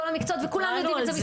בכל המקצועות, וכולם יודעים את זה.